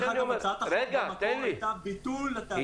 אגב, הצעת החוק במקור הייתה ביטול התאגיד.